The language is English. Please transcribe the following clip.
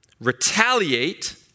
retaliate